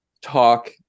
talk